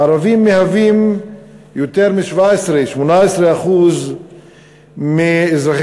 הערבים מהווים יותר מ-17% 18% מאזרחי